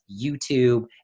YouTube